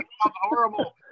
horrible